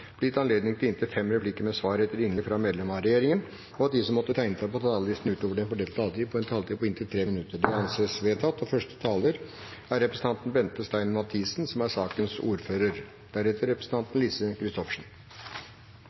blir gitt anledning til inntil fem replikker med svar etter innlegg fra medlem av regjeringen innenfor den fordelte taletid, og at de som måtte tegne seg på talerlisten utover den fordelte taletid, får en taletid på inntil 3 minutter. – Det anses vedtatt. Først vil jeg benytte anledningen til å takke komiteen for samarbeidet om denne saken, og